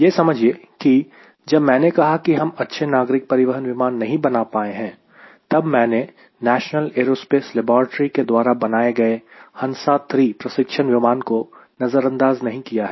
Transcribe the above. यह समझिए कि जब मैंने कहा कि हम अच्छे नागरिक परिवहन विमान नहीं बना पाए हैं तब मैंने National Aerospace Laboratory NAL National Aerospace Laboratory के द्वारा बनाए गए HANSA 3 प्रशिक्षण विमान को नज़रअंदाज़ नहीं किया है